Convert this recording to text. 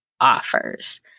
offers